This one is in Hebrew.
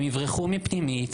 הם יברחו מפנימית,